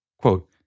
Quote